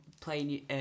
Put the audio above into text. playing